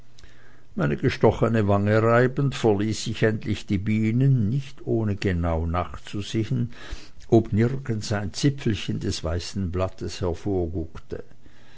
meine gestochene wange reibend verließ ich endlich die bienen nicht ohne genau nachzusehen ob nirgends ein zipfelchen des weißen blattes